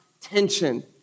tension